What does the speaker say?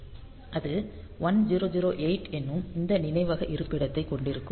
அது 1008 என்னும் இந்த நினைவக இருப்பிடத்தைக் கொண்டிருக்கும்